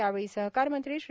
यावेळी सहकार मंत्री श्री